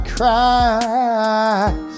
Christ